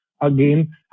again